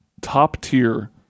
top-tier